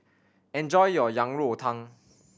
enjoy your Yang Rou Tang